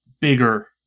bigger